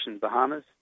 Bahamas